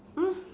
mm